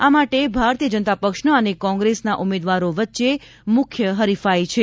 આ માટે ભારતીય જનતા પક્ષના અને કોંગ્રેસના ઉમેદવારો વચ્ચે મુખ્ય હરીફાઇ છે